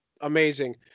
amazing